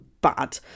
bad